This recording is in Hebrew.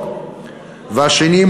והשני,